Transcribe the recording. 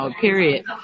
period